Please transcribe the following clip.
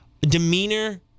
Demeanor